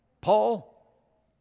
Paul